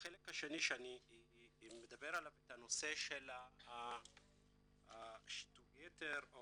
החלק השני שאני מדבר עליו, הנושא של שיטור יתר,